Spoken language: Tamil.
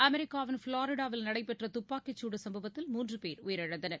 அமெரிக்காவின் ஃப்ளோரிடாவில் நடைபெற்றதுப்பாக்கிச் சம்பவத்தில் மூன்றபோ் உயிரிழந்தனர்